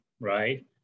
right